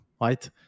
right